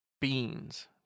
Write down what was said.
Beans